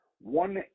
One